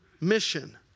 mission